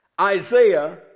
Isaiah